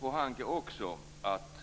Pohanka påstår också att